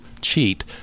cheat